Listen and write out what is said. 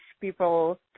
people